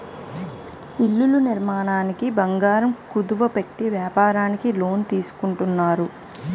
ఇళ్ల నిర్మాణానికి బంగారం కుదువ పెట్టి వ్యాపారానికి లోన్ తీసుకుంటారు